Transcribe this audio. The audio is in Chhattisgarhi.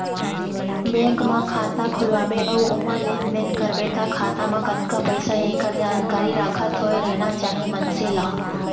बेंक म खाता खोलवा बे अउ ओमा लेन देन करबे त खाता म कतका पइसा हे एकर जानकारी राखत होय रहिना चाही मनसे ल